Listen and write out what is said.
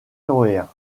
coréen